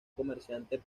comerciante